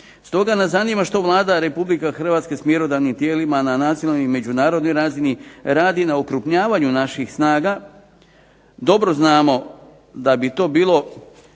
Stoga nas zanima što Vlada Republike Hrvatske s mjerodavnim tijelima na nacionalnoj međunarodnoj razini radi na okrupnjavanju naših snaga, dobro znamo da bi to bilo